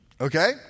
Okay